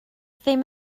ddim